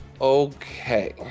Okay